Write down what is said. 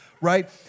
right